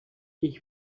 ich